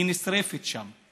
היא נשרפת שם.